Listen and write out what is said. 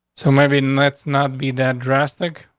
so maybe in let's not be that drastic,